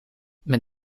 met